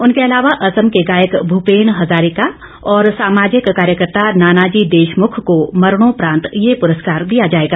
उनके अलावा असम के गायक भूपेन हजारिका और सामाजिक कार्यकर्त्ता नानाजी देशमुख को मरणोपरांत यह पुरस्कार दिया जाएगा